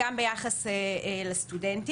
גם ביחס לסטודנטים.